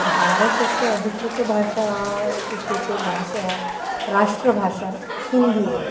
भारतस्य अधिकृतभाषा इत्युक्ते भाषा राष्ट्रभाषा हिन्दी एव